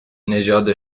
نژاد